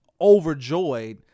overjoyed